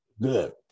Good